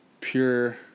pure